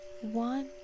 one